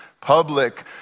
public